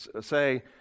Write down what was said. say